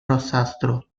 rossastro